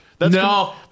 No